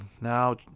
now